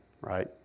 right